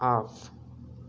off